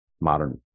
modern